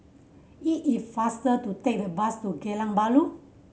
it is faster to take the bus to Geylang Bahru